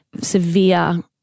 severe